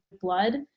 blood